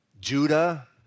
Judah